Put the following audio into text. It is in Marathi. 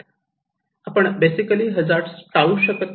आपण बेसिकली हजार्ड टाळू शकत नाही